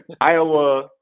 Iowa